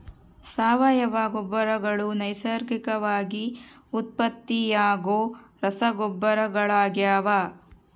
ಸಾವಯವ ಗೊಬ್ಬರಗಳು ನೈಸರ್ಗಿಕವಾಗಿ ಉತ್ಪತ್ತಿಯಾಗೋ ರಸಗೊಬ್ಬರಗಳಾಗ್ಯವ